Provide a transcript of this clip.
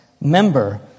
member